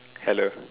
hello